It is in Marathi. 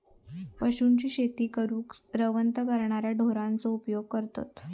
पशूंची शेती करूक रवंथ करणाऱ्या ढोरांचो उपयोग करतत